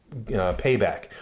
payback